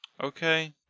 Okay